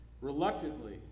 reluctantly